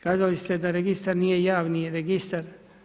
Kazali ste da registar nije javni registar.